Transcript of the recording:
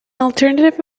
alternative